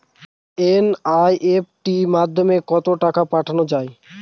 NEFT মাধ্যমে কত টাকা পাঠানো যায়?